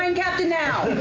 and captain now?